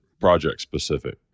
project-specific